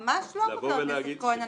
ממש לא, חבר הכנסת כהן.